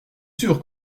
sûr